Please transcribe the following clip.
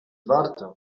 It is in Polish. warto